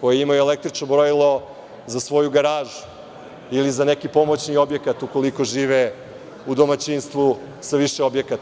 koji imaju električno brojilo za svoju garažu ili za neki pomoćni objekat ukoliko žive u domaćinstvu sa više objekata.